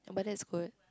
but that's good